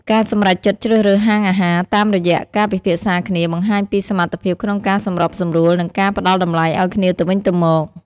ការសម្រេចចិត្តជ្រើសរើសហាងអាហារតាមរយៈការពិភាក្សាគ្នា បង្ហាញពីសមត្ថភាពក្នុងការសម្របសម្រួល និងការផ្ដល់តម្លៃឱ្យគ្នាទៅវិញទៅមក។